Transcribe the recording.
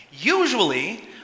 usually